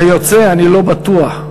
היוצא, אני לא בטוח.